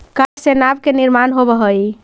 काठ से नाव के निर्माण होवऽ हई